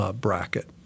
bracket